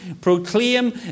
proclaim